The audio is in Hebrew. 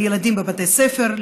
לילדים בבתי ספר,